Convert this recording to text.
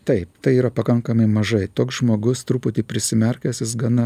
taip tai yra pakankamai mažai toks žmogus truputį prisimerkęs jis gana